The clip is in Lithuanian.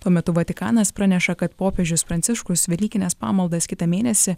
tuo metu vatikanas praneša kad popiežius pranciškus velykines pamaldas kitą mėnesį